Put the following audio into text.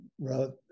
wrote